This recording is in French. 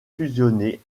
fusionner